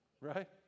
right